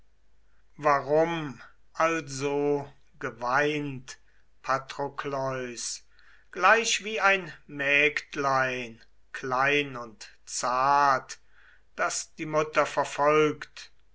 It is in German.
warum also geweint patrokleus gleich wie ein mägdlein klein und zart das die mutter verfolgt